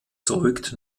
zeugt